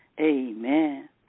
Amen